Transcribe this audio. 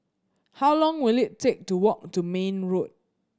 how long will it take to walk to Mayne Road